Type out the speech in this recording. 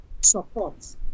support